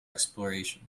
exploration